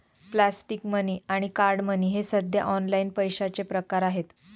plastic money आणि card money हे सध्या ऑनलाइन पैशाचे प्रकार आहेत